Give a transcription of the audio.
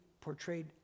portrayed